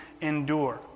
endure